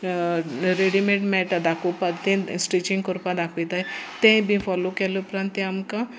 readymade मेळटा दाखोवपाक तें स्टिचींग करपाक दाखयताय तें बी फोलो केल्ले उपरांत ते आमकां